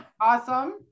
Awesome